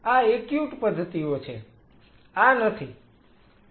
આ એક્યુટ પદ્ધતિઓ છે આ નથી